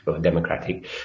democratic